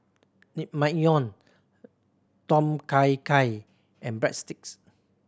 Naengmyeon Tom Kha Gai and Breadsticks